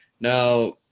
Now